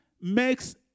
makes